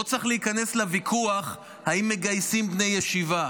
לא צריך להיכנס לוויכוח, אם מגיסים בני ישיבה,